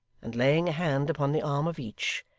and laying a hand upon the arm of each,